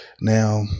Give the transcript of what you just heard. Now